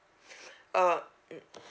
um